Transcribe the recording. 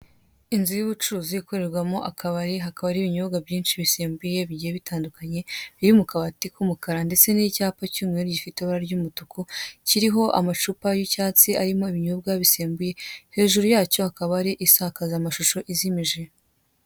Inzu y'ubucuruzi ikorerwamo akabari hakaba harimo ibinyobwa byinshi bisembuye bigiye bitandukanye biri mukabati k'umukara ndetse n'icyapa cy'umweru gifite ibara ry'umutuku kiriho amacupa y'icyatsi arimo ibinyobwa bisembuye hejuru yacyo hakaba hari isakaza mashusho izimije.